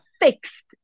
fixed